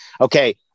Okay